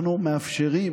אנחנו מאפשרים